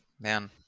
man